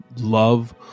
love